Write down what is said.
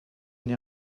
n’ai